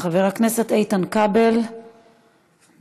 חבר הכנסת איתן כבל, בבקשה.